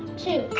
two.